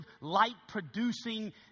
light-producing